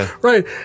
Right